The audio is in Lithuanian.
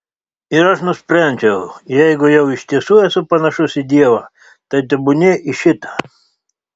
ir aš nusprendžiau jeigu jau iš tiesų esu panašus į dievą tai tebūnie į šitą